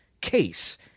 case